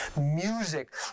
music